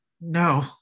No